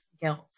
guilt